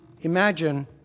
imagine